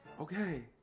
Okay